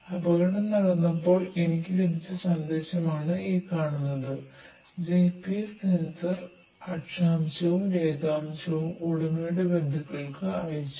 അപകടം നടന്നപ്പോൾ എനിക്ക് ലഭിച്ച സന്ദേശമാണിത് ജിപിഎസ് സെൻസർ അക്ഷാംശവും രേഖാംശവും ഉടമയുടെ ബന്ധുക്കൾക്ക് അയച്ചു